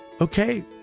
okay